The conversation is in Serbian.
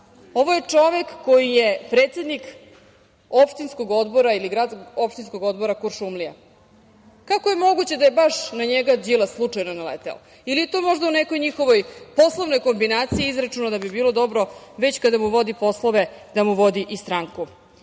je čovek koji je predsednik opštinskog odbora Kuršumlija. Kako je moguće da je baš na njega Đilas slučajno naleteo? Ili je to možda u nekoj njihovoj poslovnoj kombinaciji izračunao da bi bilo dobro već kada mu vodi poslove, da mu vodi i stranku. Ili